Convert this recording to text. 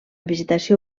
vegetació